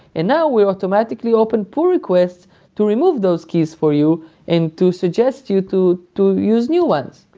and now we're automatically open pull requests to remove those keys for you and to suggest you to to use new ones.